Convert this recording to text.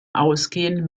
ausgehen